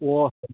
ꯑꯣ